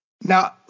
Now